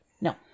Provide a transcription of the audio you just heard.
No